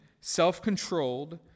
self-controlled